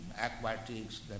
aquatics